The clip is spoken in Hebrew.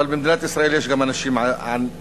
אבל במדינת ישראל יש גם אנשים עצובים,